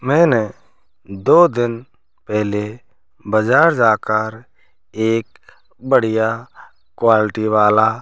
मैंने दो दिन पहले बाज़ार जाकर एक बढ़िया क्वालटी वाला